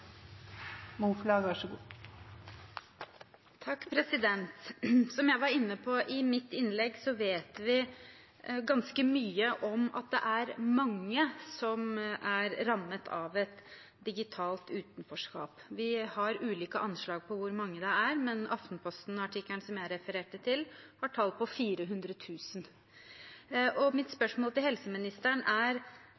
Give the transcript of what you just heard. Som jeg var inne på i mitt innlegg, vet vi ganske mye om at det er mange som er rammet av et digitalt utenforskap. Vi har ulike anslag på hvor mange det er, men artikkelen i Aftenposten som jeg refererte til, har tallet 400 000. Mitt